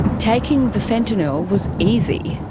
taking the fentanyl was easy.